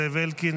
זאב אלקין,